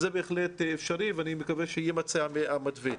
זה בהחלט אפשרי ואני מקווה שיימצא המתווה.